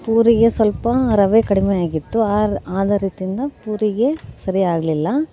ಪೂರಿಗೆ ಸ್ವಲ್ಪ ರವೆ ಕಡಿಮೆ ಆಗಿತ್ತು ಆರ್ ಆದ ರೀತಿಯಿಂದ ಪೂರಿಗೆ ಸರಿ ಆಗಲಿಲ್ಲ